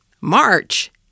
March